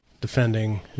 defending